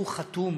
שהוא חתום